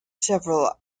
several